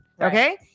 Okay